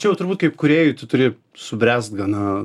čia jau turbūt kaip kūrėjui tu turi subręst gana